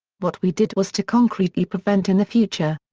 what we did was to concretely prevent in the future.